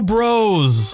Bros